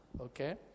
Okay